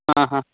हा हा